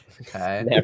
Okay